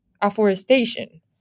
afforestation